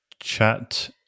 chat